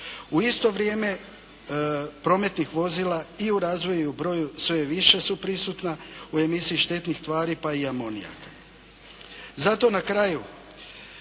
U isto vrijeme promet tih vozila i u razvoju i u broju sve više su prisutna u emisiji štetnih tvari pa i amonijaka. Zato na kraju